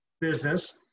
business